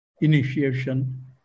initiation